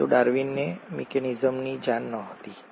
પરંતુ ડાર્વિનને મિકેનિઝમની જાણ નહોતી